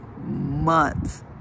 months